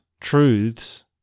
truths